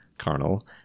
carnal